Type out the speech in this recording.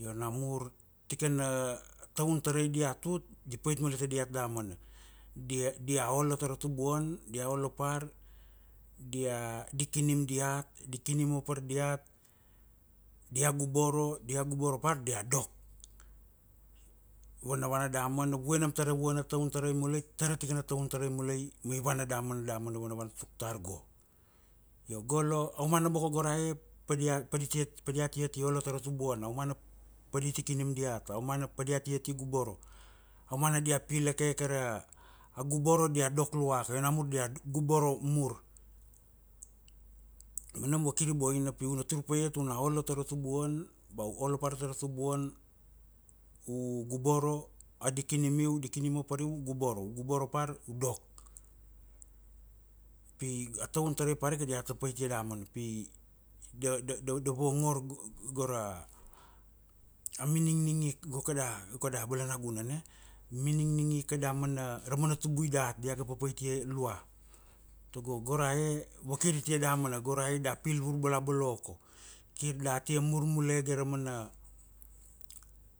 Io namur, tikana, taun tarai dia tut, di pait mule tadiat damana. Dia, dia olo mule tara tubuan, dia olo par, dia, di kinim diat, di kinim papar diat, dia guboro, dia guboro par dia dok. Vanavana damana vue nam tara vana taun tarai mule, tara tikana taun tarai mule ma i vana damana damana vanavana tuktar go. Io golo, aumana boko go ra e padia, pa diatia, padia ti olo tara tubuan. Aumana padi ti kinim diat. Aumana pa diat tia ti guboro. Aumana dia pilake ke ra a guboro dia dok luaka. Io namur dia guboro mur. Ma nam vakiri boina pi una tur paia tuna. Avana tara tubuan, ba u olo par tara tubuan, u guboro, a di kinimiu. Di kinimiu, di kinim vapariu, u guboro. U guboro par, u dok. Pi a taun tarai parika diata paitia damana. Pi da, da, da, da vongor go ra miningning ik `go kada, kda balanagunan e? Miningningi kada mana, ra mana tubui dat. Dia ga papait ia lua. Tago go ra e, vakir itia damana. Gora e da pil vurbolabolo ko. Kir da tia mur mulege ra mana,